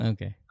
Okay